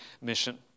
mission